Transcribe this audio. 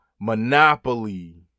Monopoly